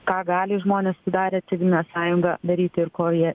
ką gali žmonės sudarę civilinę sąjungą daryti ir ko jie